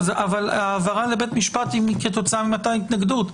אבל העברה לבית משפט היא כתוצאה מהתנגדות שהייתה.